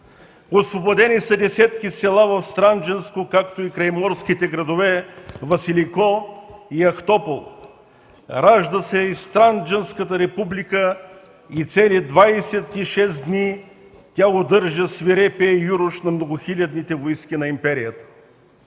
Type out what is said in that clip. Освободени са десетки села в Странджанско, както и крайморските градове Василико и Ахтопол. Ражда се и Странджанската република и цели 26 дни тя удържа свирепия юруш на многохилядните войски на империята.